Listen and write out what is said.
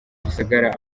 gisagara